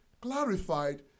clarified